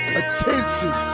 attention